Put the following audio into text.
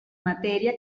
matèria